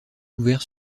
ouverts